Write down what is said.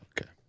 Okay